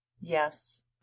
Yes